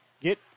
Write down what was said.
get